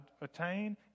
attain